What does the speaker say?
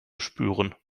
spüren